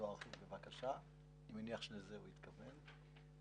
אני מניח שהוא התכוון לזה,